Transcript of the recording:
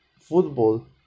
football